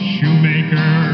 Shoemaker